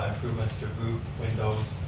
and improvements to roof, windows,